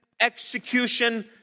execution